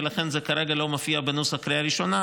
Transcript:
ולכן זה כרגע לא מופיע בנוסח הקריאה הראשונה,